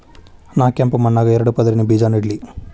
ನಾ ಕೆಂಪ್ ಮಣ್ಣಾಗ ಎರಡು ಪದರಿನ ಬೇಜಾ ನೆಡ್ಲಿ?